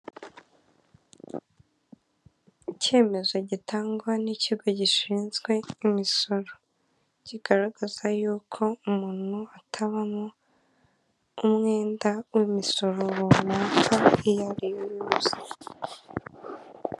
Icyemezo gitangwa n'ikigo gishinzwe imisoro, kigaragaza y'uko umuntu atabamo umwenda w'umusoro runaka, iyo ari yo yose.